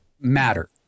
matter